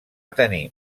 tenir